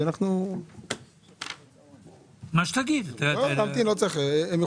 הם יכולים להמתין עוד קצת.